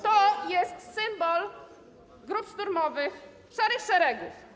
To jest symbol grup szturmowych Szarych Szeregów.